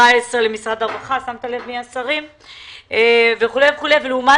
17 מיליון שקלים למשרד הרווחה וכולי וכולי?